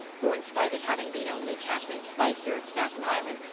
who, in spite of having been only catherine spicer of staten island,